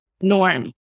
norm